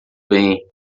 bem